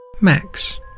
Max